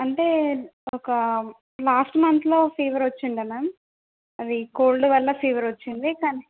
అంటే ఒక లాస్ట్ మంత్లో ఫీవర్ వచ్చింది మ్యామ్ అది కోల్డ్ వల్ల ఫీవర్ వచ్చింది కానీ